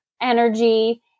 energy